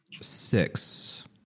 Six